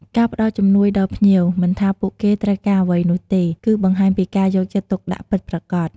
ការផ្តល់ជំនួយដល់ភ្ញៀវ មិនថាពួកគេត្រូវការអ្វីនោះទេ គឺបង្ហាញពីការយកចិត្តទុកដាក់ពិតប្រាកដ។